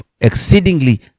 exceedingly